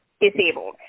disabled